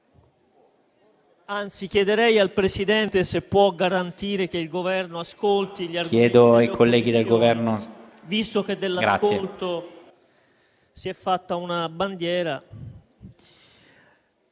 anzi, chiederei al Presidente se può garantire che il Governo ascolti gli argomenti dell'opposizione,